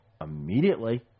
immediately